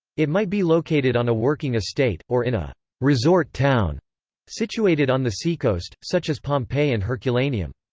it might be located on a working estate, or in a resort town situated on the seacoast, such as pompeii and herculaneum.